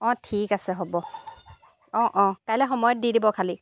অঁ ঠিক আছে হ'ব অঁ অঁ কাইলৈ সময়ত দি দিব খালি